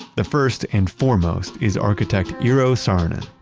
the first and foremost is architect eero saarinen.